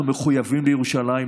אנחנו מחויבים לירושלים,